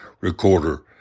recorder